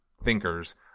thinkers